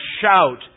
shout